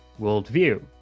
Worldview